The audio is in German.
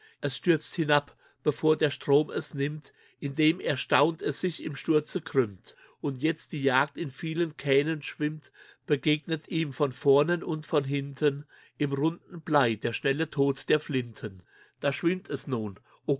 es stürzt herab bevor der strom es nimmt indem erstaunt es sich im sturze krümmt und jetzt die jagd in vielen kähnen schwimmt begegnet ihm von vornen und von hinten im runden blei der schnelle tod der flinten da schwimmt es nun